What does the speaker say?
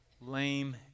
lame